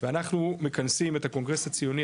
ואנחנו מכנסים את הקונגרס הציוני,